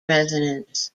resonance